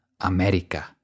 America